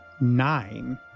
nine